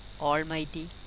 Almighty